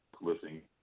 listening